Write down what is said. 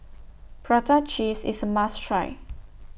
Prata Cheese IS A must Try